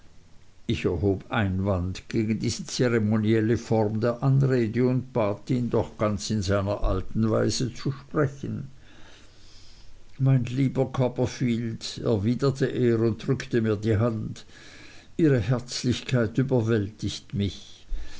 ich erhob einwand gegen diese zeremonielle form der anrede und bat ihn doch ganz in seiner alten weise zu sprechen mein lieber copperfield erwiderte er und drückte mir die hand ihre herzlichkeit überwältigt mich